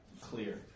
clear